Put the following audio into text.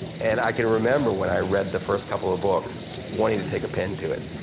and i can remember when i read the first couple of books wanting to take a pen to it,